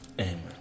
Amen